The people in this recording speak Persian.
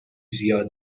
زیاد